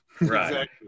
Right